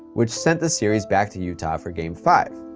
which sent the series back to utah for game five.